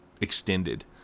extended